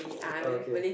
okay